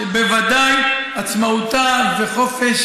שבוודאי עצמאותה והחופש